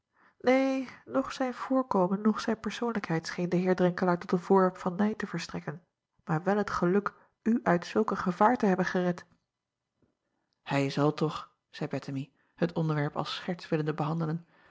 neen noch zijn voorkomen noch zijn persoonlijkheid scheen den eer renkelaer tot een voorwerp van nijd te verstrekken maar wel het geluk u uit zulk een gevaar te hebben gered ij zal toch zeî ettemie het onderwerp als scherts willende behandelen